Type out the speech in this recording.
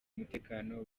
umutekano